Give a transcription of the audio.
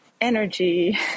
energy